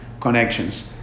connections